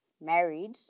married